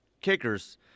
kickers